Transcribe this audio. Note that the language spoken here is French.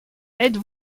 êtes